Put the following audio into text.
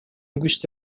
گوشت